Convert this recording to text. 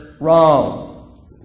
wrong